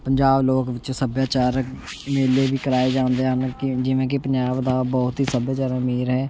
ਪੰਜਾਬ ਲੋਕ ਵਿੱਚ ਸੱਭਿਆਚਾਰ ਮੇਲੇ ਵੀ ਕਰਵਾਏ ਜਾਂਦੇ ਹਨ ਕਿ ਜਿਵੇਂ ਕਿ ਪੰਜਾਬ ਦਾ ਬਹੁਤ ਹੀ ਸੱਭਿਆਚਾਰ ਅਮੀਰ ਹੈ